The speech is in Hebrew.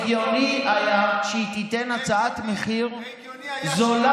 המאפייה המרחבית בקריית שמונה הגיוני שהיא תיתן הצעת מחיר זולה,